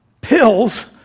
pills